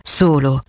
solo